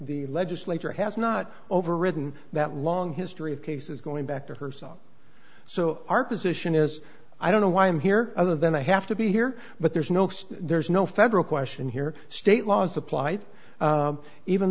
the legislature has not overridden that long history of cases going back to herself so our position is i don't know why i'm here other than i have to be here but there's no there's no federal question here state laws applied even